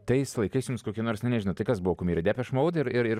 tais laikais jums kokia nors na nežinau tai kas buvo kumyrai depeš moud ir ir